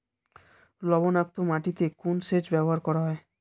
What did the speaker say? লবণাক্ত মাটিতে কোন সেচ ব্যবহার করা হয়?